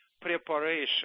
preparation